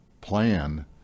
plan